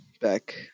back